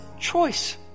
choice